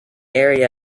area